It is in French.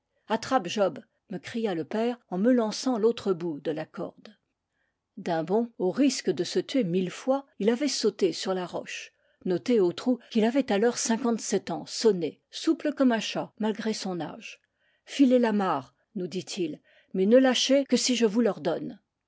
attrape job me cria le père en me lançant l'autre bout de la corde d'un bond au risque de se tuer mille fois il avait sauté sur la roche notez ôtrou qu'il avait alors cinquante-sept ans sonnés souple comme un chat malgré son âge filez l'amarre nous dit-il mais ne lâchez que si je vous l'ordonne